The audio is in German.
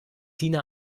tina